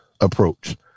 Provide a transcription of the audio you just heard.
approach